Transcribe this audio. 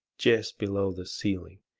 jest below the ceiling.